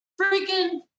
freaking